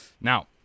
Now